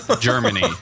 Germany